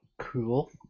Cool